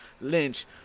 Lynch